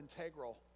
integral